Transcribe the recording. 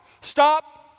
Stop